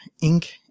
Ink